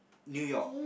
New-York